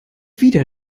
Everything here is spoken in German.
wieder